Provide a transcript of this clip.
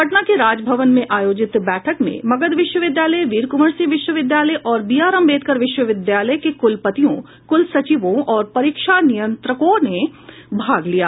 पटना के राजभवन में आयोजित बैठक में मगध विश्वविद्यालय वीर कुंवर सिंह विश्वविद्यालय और बीआर अम्बेदकर विश्वविद्यालय के कुलपतियों कुलसचिवों और परीक्षा नियंत्रकों ने भाग लिया